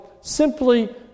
simply